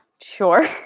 sure